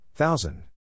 Thousand